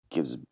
Gives